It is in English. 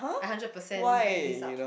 I hundred percent back this up